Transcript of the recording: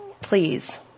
please